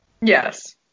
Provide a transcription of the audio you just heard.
Yes